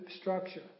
structure